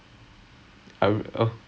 the one that was working with hup